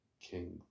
King